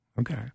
Okay